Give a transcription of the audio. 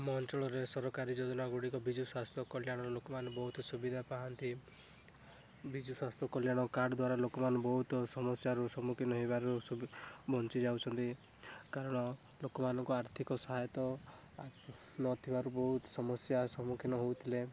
ଆମ ଅଞ୍ଚଳରେ ସରକାରୀ ଯୋଜନା ଗୁଡ଼ିକ ବିଜୁ ସ୍ୱାସ୍ଥ୍ୟ କଲ୍ୟାଣ ଲୋକମାନେ ବହୁତ ସୁବିଧା ପାଆନ୍ତି ବିଜୁ ସ୍ୱାସ୍ଥ୍ୟ କଲ୍ୟାଣ କାର୍ଡ଼୍ ଦ୍ୱାରା ଲୋକମାନେ ବହୁତ ସମସ୍ୟାରୁ ସମ୍ମୁଖୀନ ହେବାରୁ ସବୁ ବଞ୍ଚି ଯାଉଛନ୍ତି କାରଣ ଲୋକମାନଙ୍କୁ ଆର୍ଥିକ ସହାୟତା ନ ଥିବାରୁ ବହୁତ ସମସ୍ୟା ସମ୍ମୁଖୀନ ହଉଥିଲେ